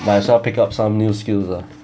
but I saw pick up some new skills lah